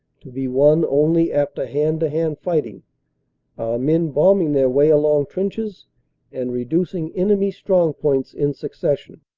to be won only after hand-to-hand fighting, our men bombing their way along trenches and reducing enemy strong points in succession.